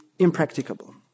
impracticable